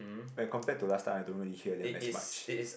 like compared to last time I don't really hear them as much